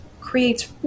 creates